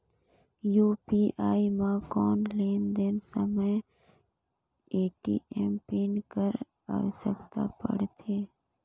UPI म कौन लेन देन समय ए.टी.एम पिन कर आवश्यकता पड़थे?